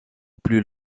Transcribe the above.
plus